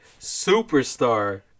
superstar